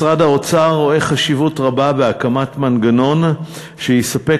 משרד האוצר רואה חשיבות רבה בהקמת מנגנון שיספק